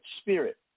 spirit